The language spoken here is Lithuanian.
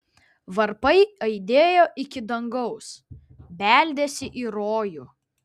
varpai aidėjo iki dangaus beldėsi į rojų